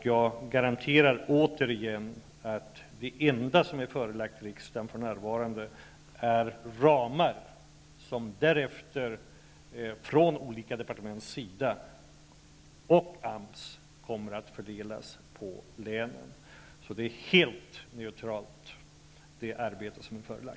Jag garanterar återigen att det enda som för närvarande har förelagts riksdagen är ramar, som därefter av olika departement och av AMS kommer att fördelas på länen. Det arbete som har förelagts är alltså helt neutralt.